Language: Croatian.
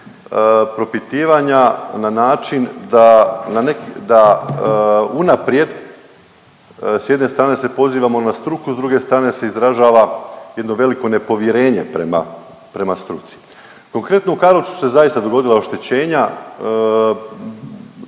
propitivanja na način da, da unaprijed s jedne strane se pozivamo na struku, s druge strane se izražava jedno veliko nepovjerenje prema, prema struci. Konkretno u Karlovcu su se zaista dogodila oštećenja,